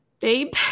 babe